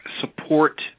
support